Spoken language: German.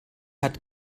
hat